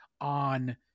on